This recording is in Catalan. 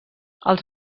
els